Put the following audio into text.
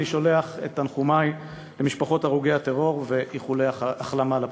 את שולח את תנחומי למשפחות הרוגי הטרור ואיחולי החלמה לפצועים.